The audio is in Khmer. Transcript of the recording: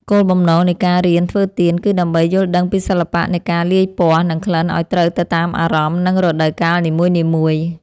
គោលបំណងនៃការរៀនធ្វើទៀនគឺដើម្បីយល់ដឹងពីសិល្បៈនៃការលាយពណ៌ និងក្លិនឱ្យត្រូវទៅតាមអារម្មណ៍ និងរដូវកាលនីមួយៗ។